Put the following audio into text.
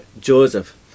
Joseph